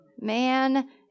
man